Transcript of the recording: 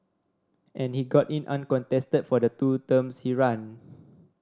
and he got in uncontested for the two terms he ran